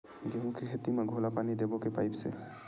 गेहूं के खेती म घोला पानी देबो के पाइप से?